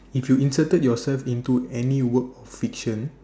if you inserted yourself into any work fiction